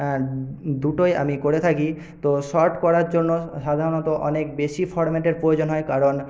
দুটোই আমি করে থাকি তো শর্ট করার জন্য সাধারাণত অনেক বেশী ফর্ম্যাটের প্রয়োজন হয় কারণ